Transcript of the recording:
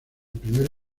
primer